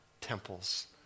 temples